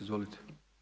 Izvolite.